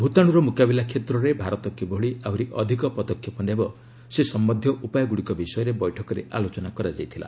ଭୂତାଣୁର ମୁକାବିଲା କ୍ଷେତ୍ରରେ ଭାରତ କିଭଳି ଆହୁରି ଅଧିକ ପଦକ୍ଷେପ ନେବ ସେ ସମ୍ଭନ୍ଧୀୟ ଉପାୟଗ୍ରଡ଼ିକ ବିଷୟରେ ବୈଠକରେ ଆଲୋଚନା କରାଯାଇଥିଲା